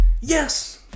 yes